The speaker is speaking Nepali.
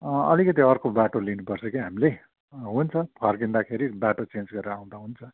अलिकति अर्को बाटो लिनुपर्छ कि हामीले हुन्छ फर्किँदाखेरि बाटो चेन्ज गरेर आउँदा हुन्छ